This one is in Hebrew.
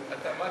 אתה מַצרי,